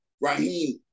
Raheem